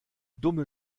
dumme